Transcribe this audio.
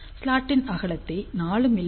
ஸ்லாட்டின் அகலத்தை 4 மி